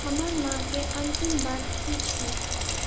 हमर मांँके अंतिम बात की छल